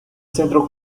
centro